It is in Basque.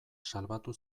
salbatu